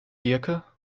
diercke